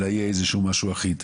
אלא יהיה משהו אחד.